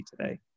today